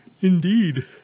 Indeed